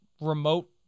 remote